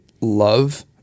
love